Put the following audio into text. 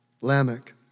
Lamech